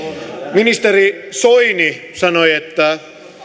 ministeri soini sanoi että